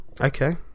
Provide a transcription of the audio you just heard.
Okay